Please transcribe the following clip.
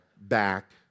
back